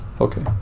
Okay